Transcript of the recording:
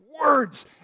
words